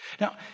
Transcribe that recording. Now